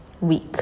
week